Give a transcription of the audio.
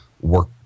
Work